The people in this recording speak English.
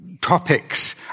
topics